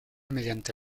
mediante